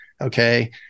okay